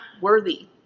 worthy